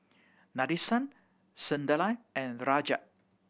Nadesan Sunderlal and Rajat